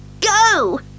Go